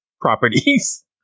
properties